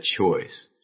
choice